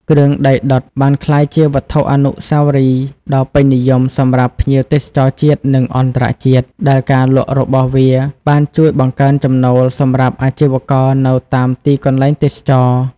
គ្រឿងដីដុតបានក្លាយជាវត្ថុអនុស្សាវរីយ៍ដ៏ពេញនិយមសម្រាប់ភ្ញៀវទេសចរណ៍ជាតិ និងអន្តរជាតិ ដែលការលក់របស់វាបានជួយបង្កើនចំណូលសម្រាប់អាជីវករនៅតាមទីកន្លែងទេសចរណ៍។